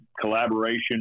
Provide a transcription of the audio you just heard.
collaboration